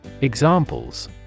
Examples